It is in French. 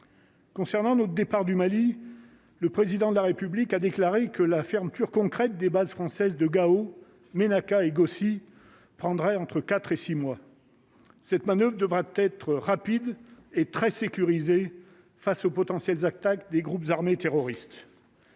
Concernant notre départ du Mali, le président de la République a déclaré que la fermeture concrète des base française de Gao Ménaka et Gossi prendrait entre 4 et 6 mois, cette manoeuvre, il devrait être rapide et très sécurisé face au potentiel attaques des groupes armés terroristes.